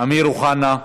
אמיר אוחנה,